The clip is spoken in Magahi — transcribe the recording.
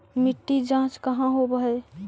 मिट्टी जाँच कहाँ होव है?